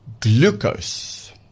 Glucose